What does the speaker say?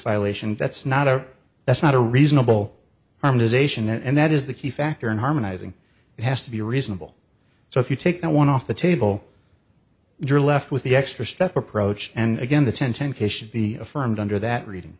violation that's not or that's not a reasonable harmonization and that is the key factor in harmonizing it has to be reasonable so if you take i want to off the table you're left with the extra step approach and again the ten ten k should be affirmed under that reading